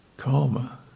Calmer